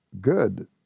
good